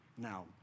Now